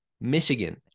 Michigan